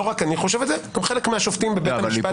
לא רק אני חושב את זה - גם חלק מהשופטים בבית המשפט.